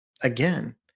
again